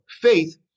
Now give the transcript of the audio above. faith